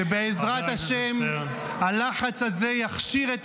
שבעזרת השם -- חבר הכנסת שטרן.